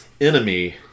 Enemy